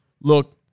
look